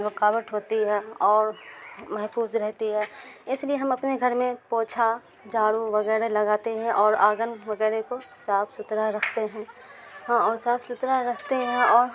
رکاوٹ ہوتی ہے اور محفوظ رہتی ہے اس لیے ہم اپنے گھر میں پوچھا جھاڑو وغیرہ لگاتے ہیں اور آنگن وغیرہ کو صاف ستھرا رکھتے ہیں ہاں اور صاف ستھرا رکھتے ہیں اور